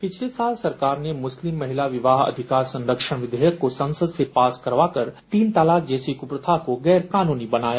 पिछले साल सरकार ने मुस्लिम महिला विवाह अधिकार संरक्षण विधेयक को संसद से पास करवाकर तीन तलाक जैसी कूप्रथा को गैर कानूनी बनाया